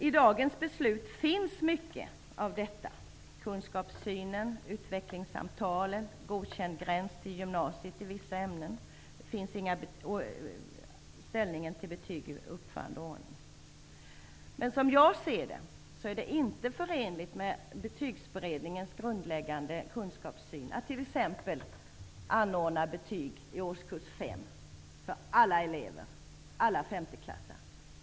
I dagens beslut finns mycket av detta: kunskapssynen, utvecklingssamtalen, godkändgräns till gymnasiet i vissa ämnen och ställningstagandet till betyg i uppförande och ordning. Men som jag ser det är det inte förenligt med Betygsberedningens grundläggande kunskapssyn att t.ex. ha betyg i årskurs 5 för alla elever.